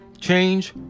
change